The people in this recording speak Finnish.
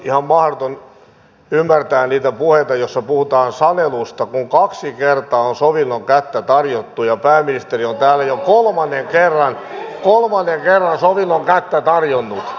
on kanssa ihan mahdoton ymmärtää niitä puheita joissa puhutaan sanelusta kun kaksi kertaa on sovinnon kättä tarjottu ja pääministeri on täällä jo kolmannen kerran kolmannen kerran sovinnon kättä tarjonnut